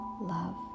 love